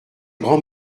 grands